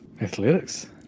Athletics